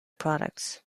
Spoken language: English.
products